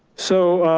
so